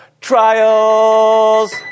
Trials